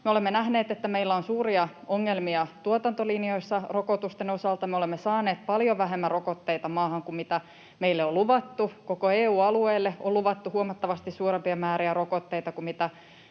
olemme nähneet, että meillä on suuria ongelmia tuotantolinjoissa rokotusten osalta. Me olemme saaneet paljon vähemmän rokotteita maahan kuin meille on luvattu. Koko EU-alueelle on luvattu huomattavasti suurempia määriä rokotteita kuin nämä